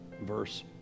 verse